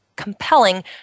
compelling